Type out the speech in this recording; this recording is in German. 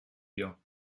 wir